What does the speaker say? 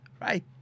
right